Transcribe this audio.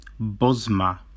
Bosma